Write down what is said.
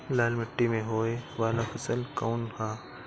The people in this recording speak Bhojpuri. लाल मीट्टी में होए वाला फसल कउन ह?